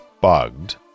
bugged